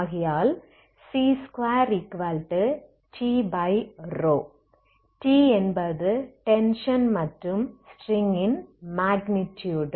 ஆகையால் c2T T என்பது tension மற்றும் ஸ்ட்ரிங் ன் மாக்னிடூட் டென்ஷன்